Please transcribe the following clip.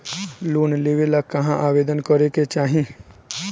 Loan लेवे ला कहाँ आवेदन करे के चाही?